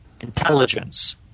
intelligence